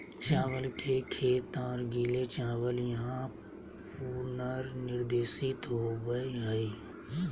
चावल के खेत और गीले चावल यहां पुनर्निर्देशित होबैय हइ